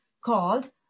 called